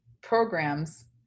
programs